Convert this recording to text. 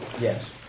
Yes